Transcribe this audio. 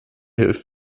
hilft